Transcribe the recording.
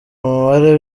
umubare